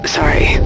sorry